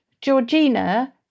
Georgina